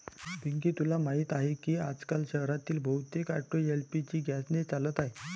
पिंकी तुला माहीत आहे की आजकाल शहरातील बहुतेक ऑटो एल.पी.जी गॅसने चालत आहेत